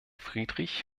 friedrich